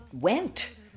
went